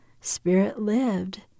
Spirit-lived